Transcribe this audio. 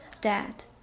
dad